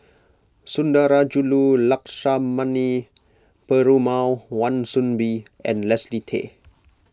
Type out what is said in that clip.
Sundarajulu Lakshmana Perumal Wan Soon Bee and Leslie Tay